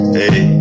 hey